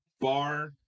bar